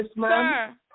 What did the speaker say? Sir